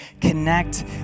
connect